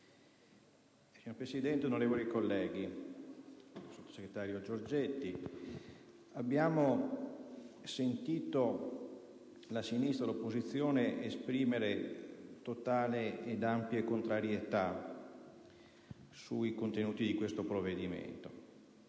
Signora Presidente, onorevoli colleghi, sottosegretario Giorgetti, abbiamo sentito la sinistra, l'opposizione esprimere totale ed ampia contrarietà sui contenuti di questo provvedimento.